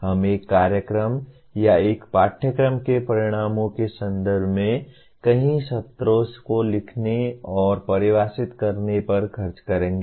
हम एक कार्यक्रम या एक पाठ्यक्रम के परिणामों के संदर्भ में कई सत्रों को लिखने और परिभाषित करने पर खर्च करेंगे